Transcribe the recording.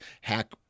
hack